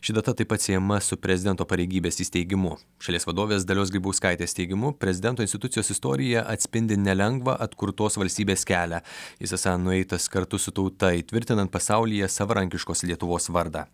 ši data taip pat siejama su prezidento pareigybės įsteigimu šalies vadovės dalios grybauskaitės teigimu prezidento institucijos istorija atspindi nelengvą atkurtos valstybės kelią jis esą nueitas kartu su tauta įtvirtinant pasaulyje savarankiškos lietuvos vardą